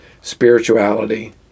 spirituality